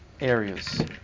areas